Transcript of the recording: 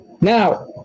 now